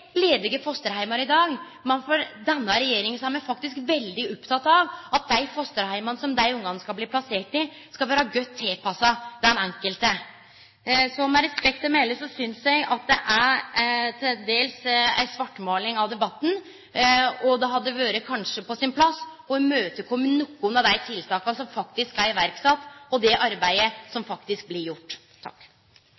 dag, men i denne regjeringa er me faktisk veldig opptekne av at dei fosterheimane som desse ungane skal bli plasserte i, skal vere godt tilpassa den enkelte. Så med respekt å melde synest eg at det til dels er ei svartmåling av debatten. Det hadde kanskje vore på sin plass å kome i møte nokre av dei tiltaka som faktisk er sette i verk, og det arbeidet som